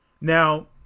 Now